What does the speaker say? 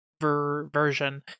version